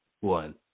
one